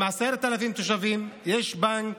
עם 10,000 תושבים, יש בנק,